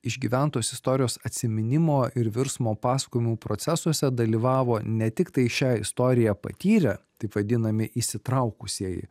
išgyventos istorijos atsiminimo ir virsmo pasakojimų procesuose dalyvavo ne tiktai šią istoriją patyrę taip vadinami įsitraukusieji